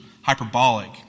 hyperbolic